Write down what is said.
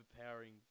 overpowering